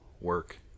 work